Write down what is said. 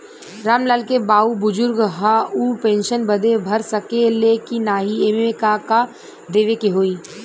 राम लाल के बाऊ बुजुर्ग ह ऊ पेंशन बदे भर सके ले की नाही एमे का का देवे के होई?